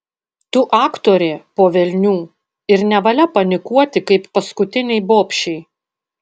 tu aktorė po velnių ir nevalia panikuoti kaip paskutinei bobšei